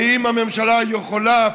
האם הממשלה יכולה,